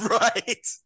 Right